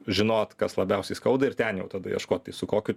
žinot kas labiausiai skauda ir ten jau tada ieškoti su kokiu